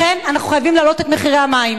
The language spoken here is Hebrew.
לכן אנחנו חייבים להעלות את מחיר המים.